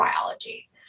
biology